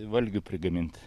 valgių prigamint